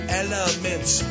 elements